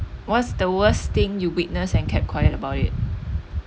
what's the worst thing you witness and kept quiet about it